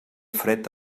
fred